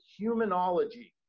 humanology